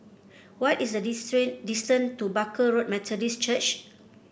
what is the distance to Barker Road Methodist Church